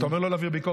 אתה הממשלה.